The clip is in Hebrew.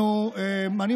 אבל עכשיו אתם מביאים תקציב.